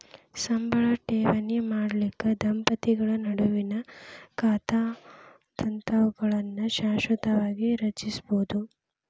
ಸಂಬಳ ಠೇವಣಿ ಮಾಡಲಿಕ್ಕೆ ದಂಪತಿಗಳ ನಡುವಿನ್ ಖಾತಾದಂತಾವುಗಳನ್ನ ಶಾಶ್ವತವಾಗಿ ರಚಿಸ್ಬೋದು